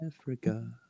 Africa